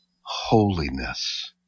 holiness